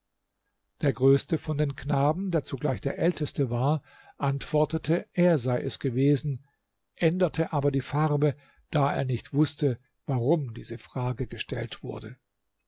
der größte von den knaben der zugleich der älteste war antwortete er sei es gewesen änderte aber die farbe da er nicht wußte warum diese frage gestellt wurde